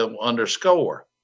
underscore